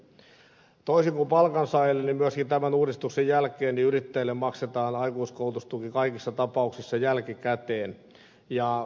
toisin kuin palkansaajille myöskin tämän uudistuksen jälkeen yrittäjille maksetaan aikuiskoulutustuki kaikissa tapauksissa jälkikäteen